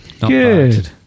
Good